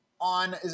on